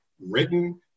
written